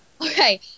Okay